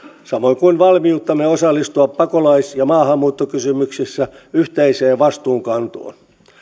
samoin kuin valmiuttamme osallistua pakolais ja maahanmuuttokysymyksissä yhteiseen vastuunkantoon